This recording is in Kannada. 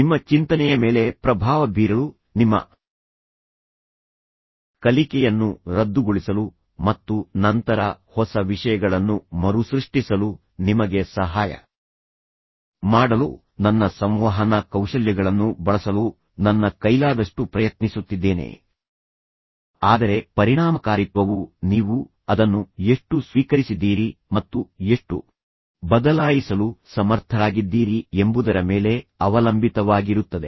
ನಿಮ್ಮ ಚಿಂತನೆಯ ಮೇಲೆ ಪ್ರಭಾವ ಬೀರಲು ನಿಮ್ಮ ಕಲಿಕೆಯನ್ನು ರದ್ದುಗೊಳಿಸಲು ಮತ್ತು ನಂತರ ಹೊಸ ವಿಷಯಗಳನ್ನು ಮರುಸೃಷ್ಟಿಸಲು ನಿಮಗೆ ಸಹಾಯ ಮಾಡಲು ನನ್ನ ಸಂವಹನ ಕೌಶಲ್ಯಗಳನ್ನು ಬಳಸಲು ನನ್ನ ಕೈಲಾದಷ್ಟು ಪ್ರಯತ್ನಿಸುತ್ತಿದ್ದೇನೆ ಆದರೆ ಪರಿಣಾಮಕಾರಿತ್ವವು ನೀವು ಅದನ್ನು ಎಷ್ಟು ಸ್ವೀಕರಿಸಿದ್ದೀರಿ ಮತ್ತು ಎಷ್ಟು ಬದಲಾಯಿಸಲು ಸಮರ್ಥರಾಗಿದ್ದೀರಿ ಎಂಬುದರ ಮೇಲೆ ಅವಲಂಬಿತವಾಗಿರುತ್ತದೆ